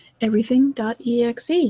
Everything.exe